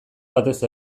batez